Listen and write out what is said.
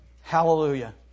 Hallelujah